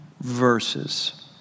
verses